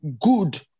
good